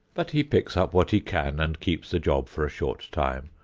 but he picks up what he can and keeps the job for a short time,